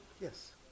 Yes